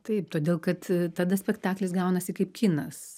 taip todėl kad tada spektaklis gaunasi kaip kinas